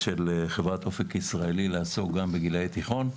של חברת "אופק ישראלי" לעסוק בגילאי תיכון,